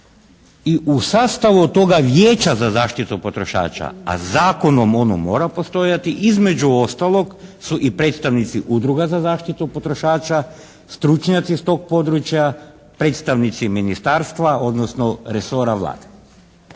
I u sastavu toga Vijeća za zaštitu potrošača a zakonom ono mora postojati između ostalog su i predstavnici Udruga za zaštitu potrošača, stručnjaci sa tog područja, predstavnici ministarstva odnosno resora Vlade.